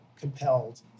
compelled